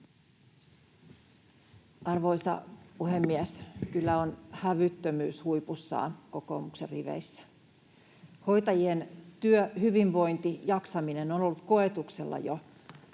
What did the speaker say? Arvoisa puhemies! Kyllä on hävyttömyys huipussaan kokoomuksen riveissä. Hoitajien työhyvinvointi ja jaksaminen on ollut koetuksella jo